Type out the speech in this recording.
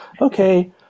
okay